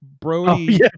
Brody